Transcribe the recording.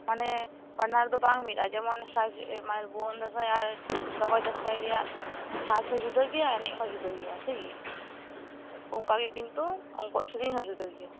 ᱢᱟᱱᱮ ᱵᱟᱱᱟᱨ ᱫᱚ ᱵᱟᱝ ᱢᱤᱫᱼᱟ ᱡᱮᱢᱚᱱ ᱥᱟᱡᱽ ᱮ ᱢᱟᱱᱮ ᱵᱷᱩᱣᱟ ᱝ ᱫᱟᱥᱟᱸᱭ ᱟᱨ ᱞᱚᱵᱚᱭ ᱫᱟᱥᱟᱸᱭ ᱨᱮᱭᱟᱜ ᱥᱟᱡᱽ ᱦᱚᱸ ᱡᱩᱫᱟᱹ ᱜᱮᱭᱟ ᱟᱨ ᱮᱱᱮᱡ ᱦᱚᱸ ᱡᱩᱫᱟᱹ ᱜᱮᱭᱟ ᱴᱷᱤᱠᱜᱮᱭᱟ ᱚᱱᱠᱟᱜᱮ ᱠᱤᱱᱛᱩ ᱩᱱᱠᱩᱣᱟᱜ ᱥᱮᱨᱮᱧ ᱦᱚᱸ ᱡᱩᱫᱟᱹ ᱜᱮᱭᱟ